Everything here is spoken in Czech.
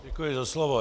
Děkuji za slovo.